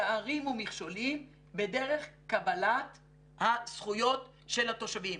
יערימו מכשולים בדרך קבלת הזכויות של התושבים.